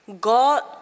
God